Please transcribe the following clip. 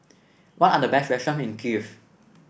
what are the best restaurants in Kiev